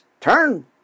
Turn